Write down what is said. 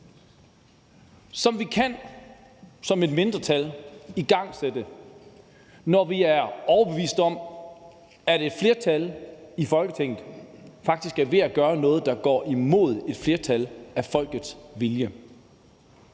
som vi som mindretal kan igangsætte, når vi er overbevist om, at et flertal i Folketinget faktisk er ved at gøre noget, der går imod den vilje,